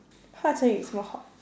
hua chen yu is more hot